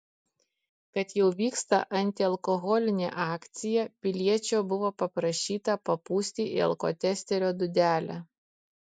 kad jau vyksta antialkoholinė akcija piliečio buvo paprašyta papūsti į alkotesterio dūdelę